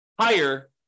higher